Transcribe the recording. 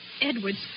Edwards